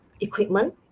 equipment